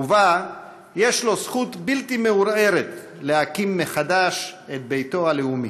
ובה יש לו זכות בלתי מעורערת להקים מחדש את ביתו הלאומי.